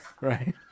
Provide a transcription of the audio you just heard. right